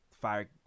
fire